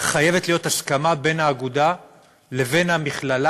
חייבת להיות הסכמה בין האגודה לבין המכללה